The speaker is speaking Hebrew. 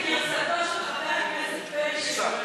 זו גרסתו של חבר הכנסת פרי שגורמת פה,